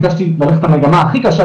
ביקשתי ללכת למגמה הכי קשה,